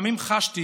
לפעמים חשתי